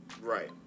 Right